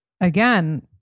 again